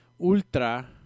ultra